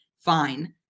fine